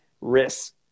risk